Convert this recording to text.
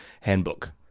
handbook